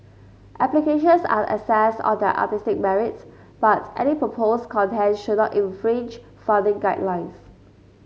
applications are assessed on their artistic merit but any proposed content should not infringe funding guidelines